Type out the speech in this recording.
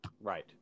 Right